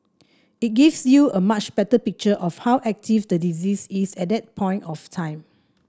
it gives you a much better picture of how active the disease is at that point of time